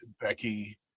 Becky